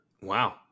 Wow